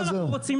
אם אנחנו רוצים